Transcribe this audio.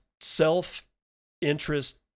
self-interest